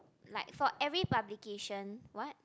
like for every publication what